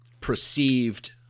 perceived